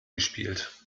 gespielt